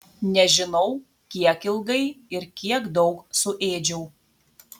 nežinau kiek ilgai ir kiek daug suėdžiau